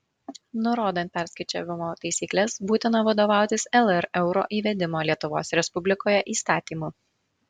nurodant perskaičiavimo taisykles būtina vadovautis lr euro įvedimo lietuvos respublikoje įstatymu